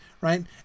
right